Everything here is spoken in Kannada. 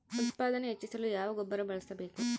ಉತ್ಪಾದನೆ ಹೆಚ್ಚಿಸಲು ಯಾವ ಗೊಬ್ಬರ ಬಳಸಬೇಕು?